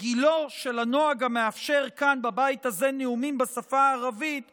גילו של הנוהג המאפשר כאן בבית הזה נאומים בשפה הערבית הוא,